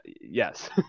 yes